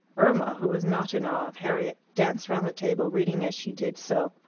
irma, who was not in awe of harriet, danced round the table, reading as she did so,